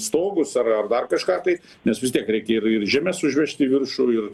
stogus ar ar dar kažką tai nes vis tiek reikia ir ir žemes užvežti į viršų ir